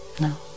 no